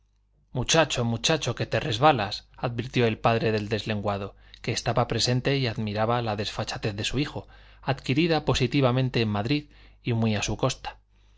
muchacho muchacho que te resbalas advirtió el padre del deslenguado que estaba presente y admiraba la desfachatez de su hijo adquirida positivamente en madrid y muy a su costa